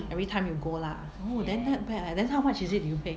everytime you go lah oh then not bad leh then how much is it did you pay